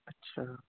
اچھا